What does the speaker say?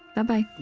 bye-bye